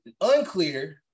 unclear